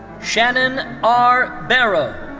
shannon r. barrow.